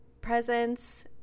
Presents